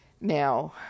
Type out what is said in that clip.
Now